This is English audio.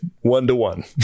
one-to-one